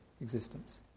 existence